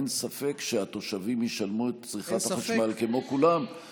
אין ספק שהתושבים ישלמו את צריכת החשמל כמו כולם.